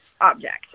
object